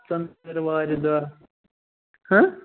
ژٔنٛدروارِ دۄہ